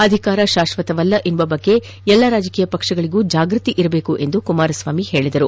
ಅಧಿಕಾರ ಶಾಶ್ವತವಲ್ಲ ಎನ್ನುವ ಬಗ್ಗೆ ಎಲ್ಲ ರಾಜಕೀಯ ಪಕ್ಷಗಳಿಗೂ ಜಾಗೃತಿ ಇರಬೇಕು ಎಂದು ಕುಮಾರಸ್ವಾಮಿ ಹೇಳಿದರು